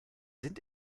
sind